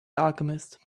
alchemist